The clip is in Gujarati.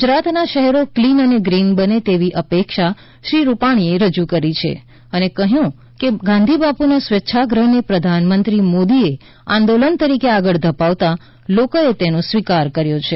ગુજરાત ના શહેરો ક્લીન અને ગ્રીન બને તેવી અપેક્ષા શ્રી રૂપાણીએ રજૂ કરી છે અને કહ્યું કે ગાંધીબાપુના સ્વચ્છાગ્રહને પ્રધાનમંત્રી મોદીએ આંદોલન તરીકે આગળ ધપાવતા લોકોએ તેનો સ્વીકાર કર્યો છે